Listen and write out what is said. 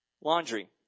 laundry